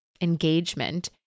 engagement